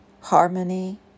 harmony